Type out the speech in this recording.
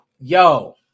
Yo